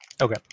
Okay